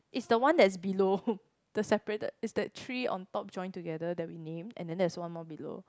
is the one that's below the separated it's that three on top joined together that we named and then there's one more below